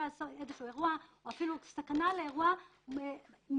אסון או איזשהו אירוע או אפילו סכנה לאירוע מיד